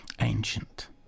ancient